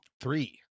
Three